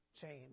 change